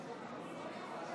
קרויזר,